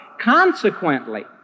Consequently